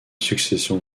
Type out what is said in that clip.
succession